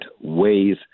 ways